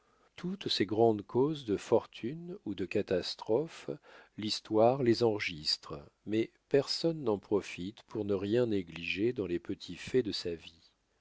toutes ces grandes causes de fortune ou de catastrophes l'histoire les enregistre mais personne n'en profite pour ne rien négliger dans les petits faits de sa vie